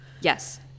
yes